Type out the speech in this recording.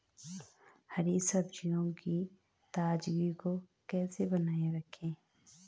हरी सब्जियों की ताजगी को कैसे बनाये रखें?